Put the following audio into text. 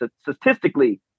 statistically